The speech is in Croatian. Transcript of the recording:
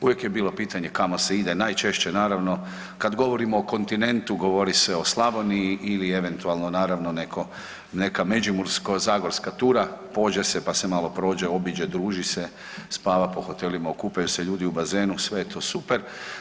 Uvijek je bilo pitanje kamo se ide, najčešće naravno kada govorimo o kontinentu govorimo se o Slavoniji ili eventualno neka međimursko-zagorska tura, pođe se pa se malo prođe, obiđe, druži se, spava po hotelima, okupaju se ljudi u bazenu sve je to super.